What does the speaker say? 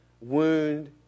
wound